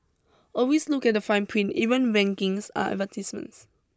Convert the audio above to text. always look at the fine print even rankings are advertisements